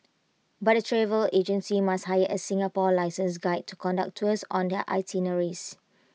but the travel agencies must hire A Singapore licensed guide to conduct tours on their itineraries